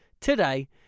today